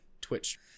Twitch